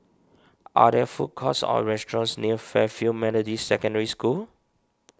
are there food courts or restaurants near Fairfield Methodist Secondary School